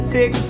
Tick